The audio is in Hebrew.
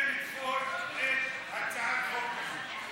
כדי לדחות את הצעת החוק הזו?